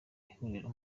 ihuriro